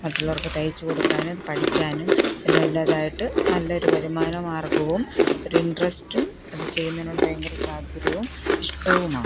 മറ്റുള്ളവര്ക്ക് തയ്ച്ച് കൊടുക്കാൻ പഠിക്കാനും അതിനുള്ളതായിട്ട് നല്ല ഒരു വരുമാനമാര്ഗവും ഒരു ഇന്ട്രസ്റ്റും അത് ചെയ്യുന്നതിനോട് ഭയങ്കര താല്പ്പര്യവും ഇഷ്ടവുമാണ്